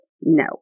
No